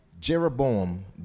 Jeroboam